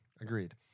agreed